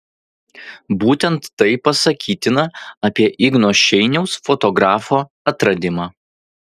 būtent tai pasakytina apie igno šeiniaus fotografo atradimą